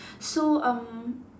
so um